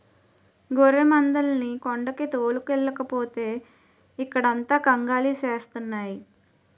గొర్రెమందల్ని కొండకి తోలుకెల్లకపోతే ఇక్కడంత కంగాలి సేస్తున్నాయి